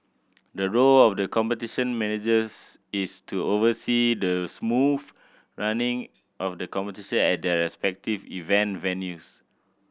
the role of the Competition Managers is to oversee the smooth running of the competition at their respective event venues